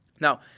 Now